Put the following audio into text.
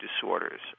disorders